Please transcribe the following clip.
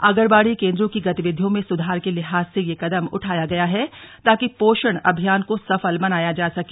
आंगनबाड़ी केंद्रों की गतिविधियों में सुधार के लिहाज से ये कदम उठाया गया है ताकि पोषण अभियान को सफल बनाया जा सके